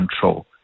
control